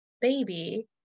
baby